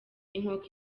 inkoko